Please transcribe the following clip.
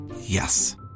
Yes